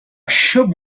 щоб